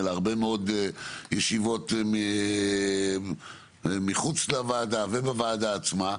אלא הרבה מאוד ישיבות מחוץ לוועדה ובוועדה עצמה,